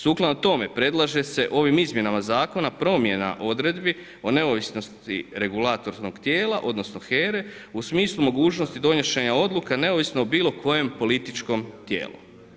Sukladno tome, predlaže se ovim izmjenama zakona promjena odredbi o neovisnosti regulatorskog tijela odnosno HERA-e u smislu mogućnost donošenja odluke neovisno o bilokojem političkom tijelu.